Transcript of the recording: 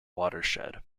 watershed